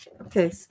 Okay